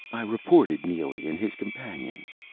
i reported neely and his companions.